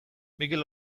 mikel